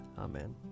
Amen